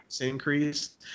increase